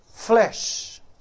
flesh